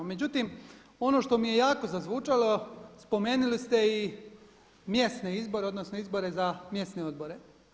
Međutim, ono što mi je jako zazvučalo spomenuli ste i mjesne izbore, odnosno izbore za mjesne odbore.